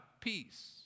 peace